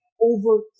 over